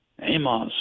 Amos